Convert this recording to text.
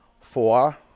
Four